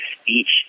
speech